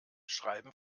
schreiben